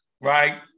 right